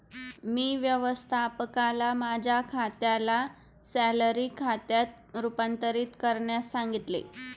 मी व्यवस्थापकाला माझ्या खात्याला सॅलरी खात्यात रूपांतरित करण्यास सांगितले